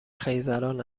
خیزران